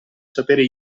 sapere